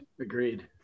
Agreed